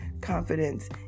confidence